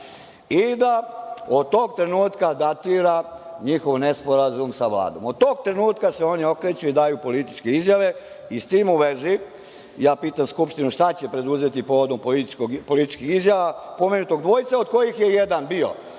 evra? Od tog trenutka datira njihov nesporazum sa Vladom. Od tog trenutka se oni okreću i daju političke izjave. S tim u vezi, pitam Skupštinu – šta će preduzeti povodom političkih izjava pomenutog dvojca, od kojih je jedan bio